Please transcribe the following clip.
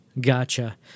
Gotcha